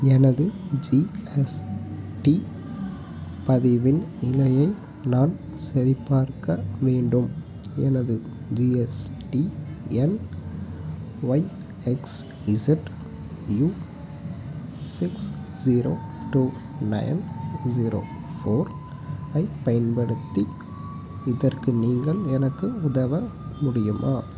எனது ஜிஎஸ்டி பதிவின் நிலையை நான் சரிபார்க்க வேண்டும் எனது ஜிஎஸ்டி எண் Y X Z U six zero two nine zero four ஐப் பயன்படுத்தி இதற்கு நீங்கள் எனக்கு உதவ முடியுமா